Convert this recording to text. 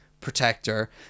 protector